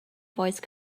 voice